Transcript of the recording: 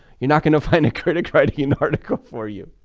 you're not gonna find a critic writing an article for you.